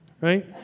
Right